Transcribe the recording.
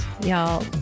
Y'all